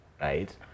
right